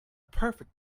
perfect